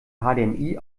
hdmi